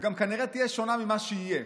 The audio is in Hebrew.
וגם כנראה תהיה שונה ממה שיהיה.